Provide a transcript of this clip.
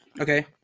okay